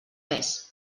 pes